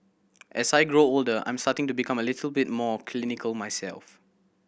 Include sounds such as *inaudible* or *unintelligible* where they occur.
as I grow older I'm starting to become a little bit more *unintelligible* myself